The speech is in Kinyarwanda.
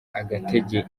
agatege